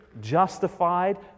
justified